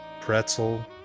Pretzel